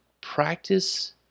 practice